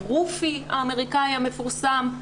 הרופי האמריקאי המפורסם,